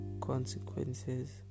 consequences